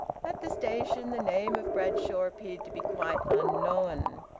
at the station the name of bradshaw appeared to be quite unknown.